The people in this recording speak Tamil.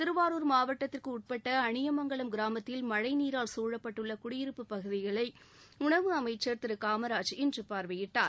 திருவாரூர் மாவட்டத்திற்கு உட்பட்ட அணியமங்கலம் கிராமத்தில் மழை நீரால் சூழப்பட்டுள்ள குடியிருப்புப் பகுதிகளை உணவு அமைச்சர் திரு காமராஜ் இன்று பார்வையிட்டார்